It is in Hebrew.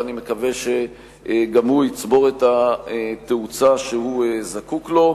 ואני מקווה שגם הוא יצבור את התאוצה שהוא זקוק לה.